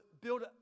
build